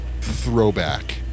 throwback